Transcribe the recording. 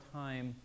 time